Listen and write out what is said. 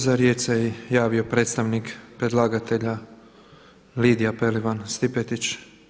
Za riječ se javio predstavnik predlagatelja Lidija Pelivan Stipetić.